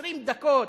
20 דקות